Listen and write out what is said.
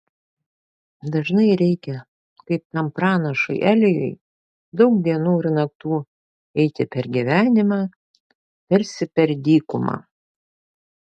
dažnai reikia kaip tam pranašui elijui daug dienų ir naktų eiti per gyvenimą tarsi per dykumą